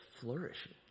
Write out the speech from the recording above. flourishing